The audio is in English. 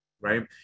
Right